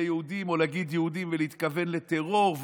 ליהודים או להגיד יהודים ולהתכוון לטרור,